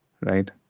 right